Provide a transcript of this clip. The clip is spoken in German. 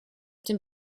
dem